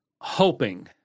hoping